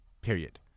period